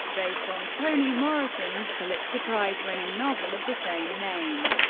based on toni morrison's pulitzer prize-winning novel of the same name.